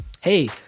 hey